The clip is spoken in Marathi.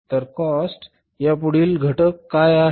तर कॉस्ट चा पुढील घटक काय आहे